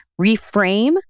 Reframe